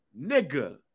nigga